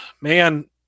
Man